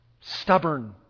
Stubborn